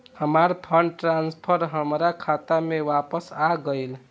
हमार fund transfer हमार खाता में वापस आ गइल